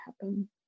happen